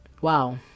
Wow